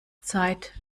zeit